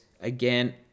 again